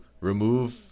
remove